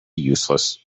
useless